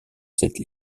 cette